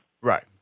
Right